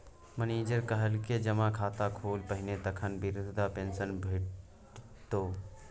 manager कहलकै जमा खाता खोल पहिने तखने बिरधा पेंशन भेटितौ